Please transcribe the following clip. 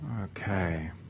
Okay